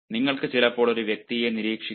നിങ്ങൾക്ക് ചിലപ്പോൾ ഒരു വ്യക്തിയെ നിരീക്ഷിക്കാം